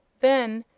then,